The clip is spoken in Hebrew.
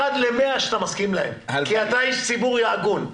אחד למאה, שאתה מסכים להן, כי אתה איש ציבור הגון.